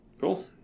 Cool